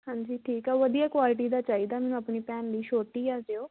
ਹਾਂਜੀ ਠੀਕ ਆ ਵਧੀਆ ਕੁਆਲਟੀ ਦਾ ਚਾਹੀਦਾ ਮੈਨੂੰ ਆਪਣੀ ਭੈਣ ਲਈ ਛੋਟੀ ਆ ਹਜੇ ਉਹ